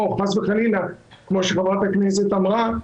כי הקופה אמרה: